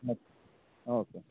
okay okay